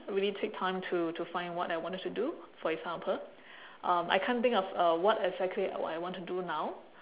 really take time to to find what I wanted to do for example um I can't think of uh what exactly I want to do now